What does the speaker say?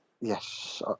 yes